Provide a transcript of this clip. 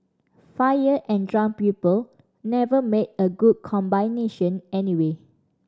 fire and drunk people never make a good combination anyway